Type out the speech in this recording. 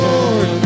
Lord